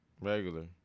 regular